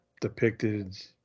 depicted